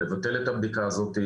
לבטל את הבדיקה הזאת.